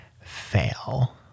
fail